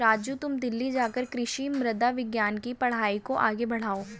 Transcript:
राजू तुम दिल्ली जाकर कृषि मृदा विज्ञान के पढ़ाई को आगे बढ़ाओ